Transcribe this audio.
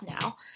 now